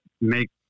make